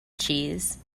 cheese